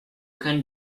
can